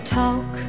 talk